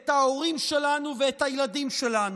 את ההורים שלנו ואת הילדים שלנו.